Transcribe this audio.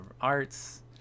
arts